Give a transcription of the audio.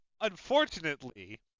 unfortunately